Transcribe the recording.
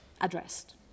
addressed